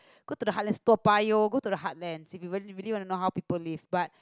go to the heartlands Toa-Payoh go to the heartlands if you really really want to know how people live but